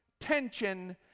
tension